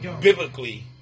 biblically